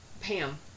Pam